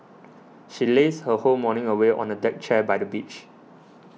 she lazed her whole morning away on a deck chair by the beach